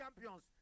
champions